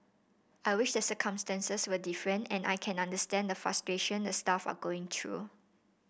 I wish the circumstances were different and I can understand the frustration the staff are going through